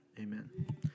Amen